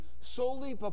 solely